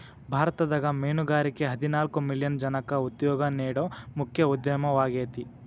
ಭಾರತದಾಗ ಮೇನುಗಾರಿಕೆ ಹದಿನಾಲ್ಕ್ ಮಿಲಿಯನ್ ಜನಕ್ಕ ಉದ್ಯೋಗ ನೇಡೋ ಮುಖ್ಯ ಉದ್ಯಮವಾಗೇತಿ